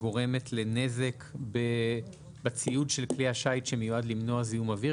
שגורמת לנזק בציוד של כלי השיט שמיועד למנוע זיהום אוויר.